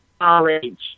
college